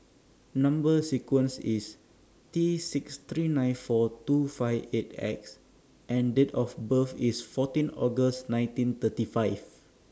Number sequence IS T six three nine four two five eight X and Date of birth IS fourteen August nineteen thirty five